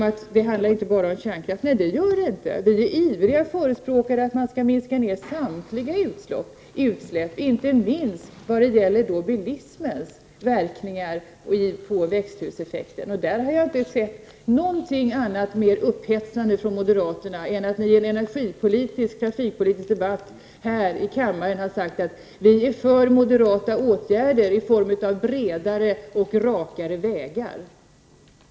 Nej, det handlar inte bara om kärnkraftsutsläppen. Vi är ivriga förespråkare för att man skall minska samtliga utsläpp, inte minst bilismens utsläpp med tanke på växthuseffekten. Här har jag från moderat sida inte hört någonting mer upphetsande än ett uttalande i en energipolitisk och trafikpolitisk debatt här i kammaren att moderaterna är för moderata åtgärder i form av bredare och rakare vägar.